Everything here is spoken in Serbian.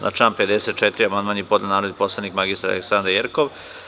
Na član 54. amandman je podnela narodni poslanik mr Aleksandra Jerkov.